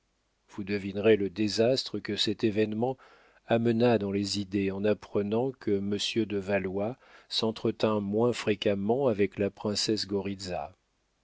vous devinerez le désastre que cet événement amena dans les idées en apprenant que monsieur de valois s'entretint moins fréquemment avec la princesse